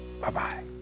Bye-bye